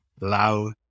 Lao